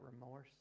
remorse